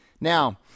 Now